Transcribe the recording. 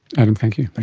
adam, thank you. like